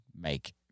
make